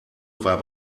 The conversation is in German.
war